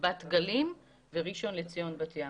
בת גלים וראשון לציון-בת ים.